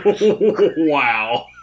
Wow